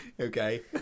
Okay